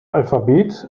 alphabet